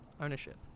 ownership